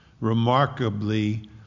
Remarkably